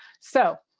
so,